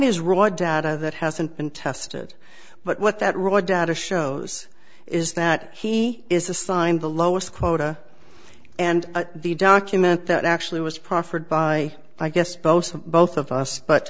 is raw data that hasn't been tested but what that roy data shows is that he is assigned the lowest quota and the document that actually was proffered by i guess both both of us